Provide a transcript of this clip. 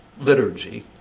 liturgy